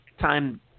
time